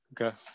Okay